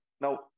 Now